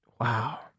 wow